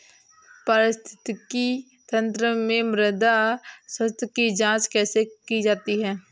पारिस्थितिकी तंत्र में मृदा स्वास्थ्य की जांच कैसे की जाती है?